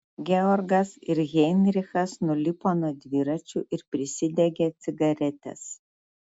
georgas ir heinrichas nulipo nuo dviračių ir prisidegė cigaretes